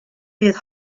bydd